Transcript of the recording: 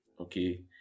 okay